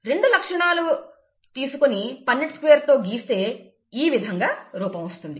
రెండు లక్షణాలను తీసుకొని పన్నెట్ స్క్వేర్ తో గిస్తే ఈ విధంగా రూపం వస్తుంది